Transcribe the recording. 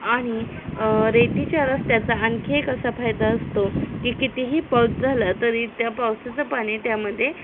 आणि रेतीच्या रस्त्याचा आणखी एक असा फायदा असतो की कितीही पाऊस झाला तरी त्या पावसाचं पाणी त्यामध्ये